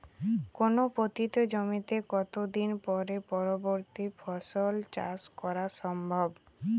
কোনো পতিত জমিতে কত দিন পরে পরবর্তী ফসল চাষ করা সম্ভব?